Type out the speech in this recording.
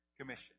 Commission